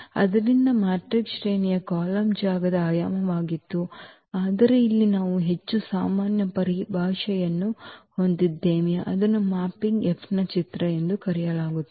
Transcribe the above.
ಆದ್ದರಿಂದ ಮ್ಯಾಟ್ರಿಕ್ಸ್ ಶ್ರೇಣಿಯು ಕಾಲಮ್ ಜಾಗದ ಆಯಾಮವಾಗಿತ್ತು ಆದರೆ ಇಲ್ಲಿ ನಾವು ಹೆಚ್ಚು ಸಾಮಾನ್ಯ ಪರಿಭಾಷೆಯನ್ನು ಹೊಂದಿದ್ದೇವೆ ಅದನ್ನು ಮ್ಯಾಪಿಂಗ್ F ನ ಚಿತ್ರ ಎಂದು ಕರೆಯಲಾಗುತ್ತದೆ